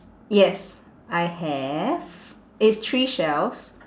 yes I have it's three shelves